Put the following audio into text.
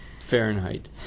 Fahrenheit